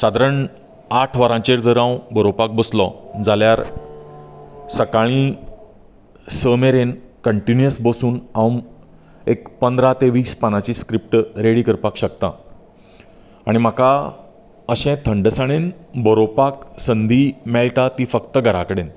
सादारण आठ वरांचेर जर हांव बरोवपाक बसलो जाल्यार सकाळीं स मेरेन कंटिन्युयस बसून हांव एक पंदरा ते वीस पानांची स्क्रिप्ट रेडी करपाक शकतां आनी म्हाका अशें थंडसाणेंन बरोवपाक संदी मेळटा ती फक्त घरां कडेन